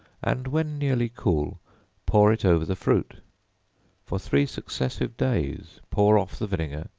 and when nearly cool pour it over the fruit for three successive days pour off the vinegar,